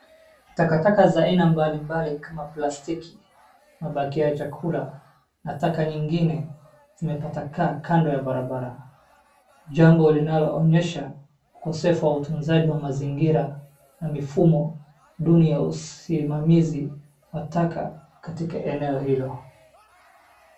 Takataka za aina mbalimbali kama plastiki, mabakio ya chakula na taka nyingine zimetapakaa kando ya barabara. Jambo linaloonyesha ukosefu wa utunzaji wa mazingira na mifumo duni ya usimamizi wa taka katika eneo hilo.